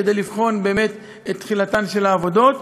כדי לבחון באמת את תחילת העבודות.